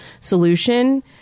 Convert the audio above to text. solution